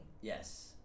Yes